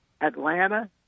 Atlanta